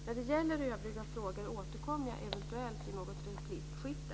När det gäller övriga frågor återkommer jag eventuellt i något replikskifte.